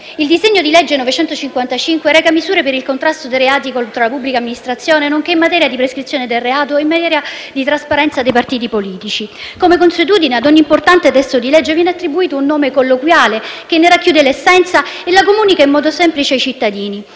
Il disegno di legge n. 955 reca misure per il contrasto dei reati contro la pubblica amministrazione, nonché in materia di prescrizione del reato e in materia di trasparenza dei partiti politici. Come consuetudine, a ogni importante testo di legge viene attribuito un nome colloquiale che ne racchiude l'essenza e la comunica in modo semplice ai cittadini.